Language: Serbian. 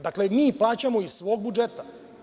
Dakle, mi plaćamo iz svog budžeta.